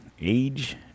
age